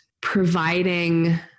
providing